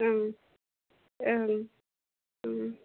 ओं ओं